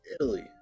italy